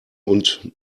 und